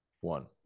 one